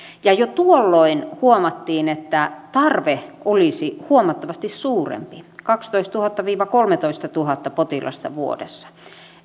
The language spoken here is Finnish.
ja jo tuolloin huomattiin että tarve olisi huomattavasti suurempi kaksitoistatuhatta viiva kolmetoistatuhatta potilasta vuodessa